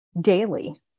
daily